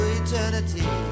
eternity